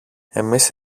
εμείς